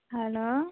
hello